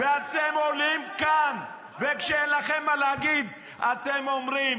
ואתם עולים לכאן וכשאין לכם מה להגיד, אתם אומרים: